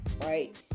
right